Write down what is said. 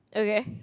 okay